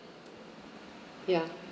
ya